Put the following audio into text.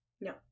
No